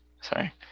Sorry